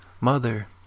mother